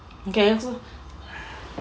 you can also